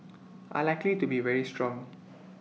are likely to be very strong